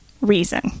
reason